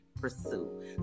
pursue